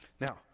Now